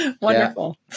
Wonderful